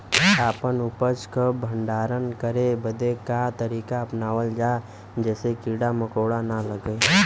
अपना उपज क भंडारन करे बदे का तरीका अपनावल जा जेसे कीड़ा मकोड़ा न लगें?